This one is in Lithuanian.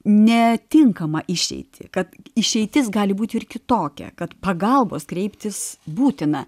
ne tinkamą išeitį kad išeitis gali būti ir kitokia kad pagalbos kreiptis būtina